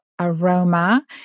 aroma